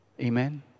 Amen